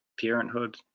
parenthood